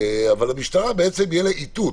למשטרה יהיה איתות.